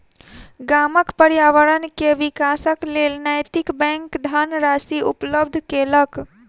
गामक पर्यावरण के विकासक लेल नैतिक बैंक धनराशि उपलब्ध केलक